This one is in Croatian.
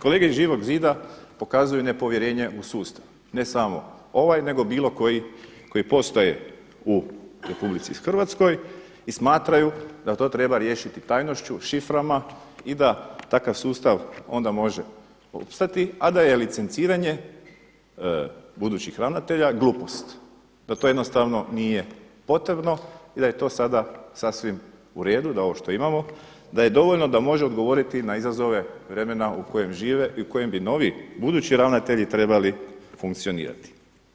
Kolege iz Živog zida pokazuju nepovjerenje u sustav, ne samo ovaj nego bilo koji koji postoje u Republici Hrvatskoj i smatraju da to treba riješiti tajnošću, šiframa i da takav sustav onda može opstati a da je licenciranje budućih ravnatelja glupost, da to jednostavno nije potrebno i da je to sasvim sada u redu da ovo što imamo, da je dovoljno da može odgovoriti na izazove vremena u kojem žive i u kojem bi novi budući ravnatelji trebali funkcionirati.